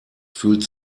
fühlt